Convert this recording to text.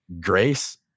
grace